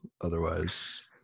Otherwise